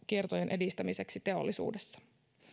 edistämiseksi teollisuudessa